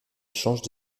échange